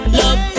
love